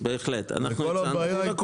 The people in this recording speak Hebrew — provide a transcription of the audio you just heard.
אם קודם בחוק הראשי כמות שהוא הגיע,